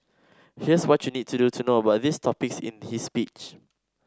here's what you need to know about these topics in his speech